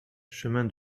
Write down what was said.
chemin